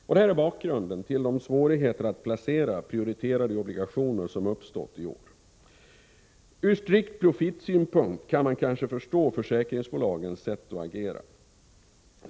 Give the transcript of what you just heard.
Detta är bakgrunden till de svårigheter att placera prioriterade obligationer som har uppstått i år. Ur strikt profitsynpunkt kan man kanske förstå försäkringsbolagens sätt att agera.